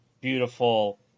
beautiful